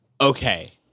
Okay